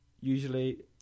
Usually